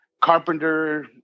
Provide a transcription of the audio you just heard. carpenter